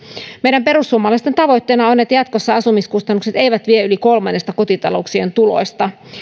meidän perussuomalaisten tavoitteena on että jatkossa asumiskustannukset eivät vie yli kolmannesta kotitalouksien tuloista